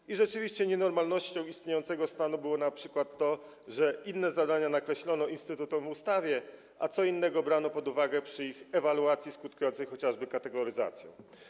I rzeczywiście nienormalnością istniejącego stanu było np. to, że inne zadania nakreślono instytutom w ustawie, a co innego brano pod uwagę przy ich ewaluacji, skutkującej chociażby kategoryzacją.